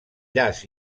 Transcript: llaç